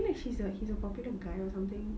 I feel like she's a he's a popular guy or something